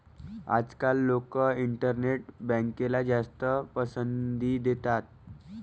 आजकाल लोक इंटरनेट बँकला जास्त पसंती देतात